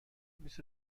بیست